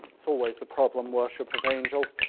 it's always a problem worship of angels,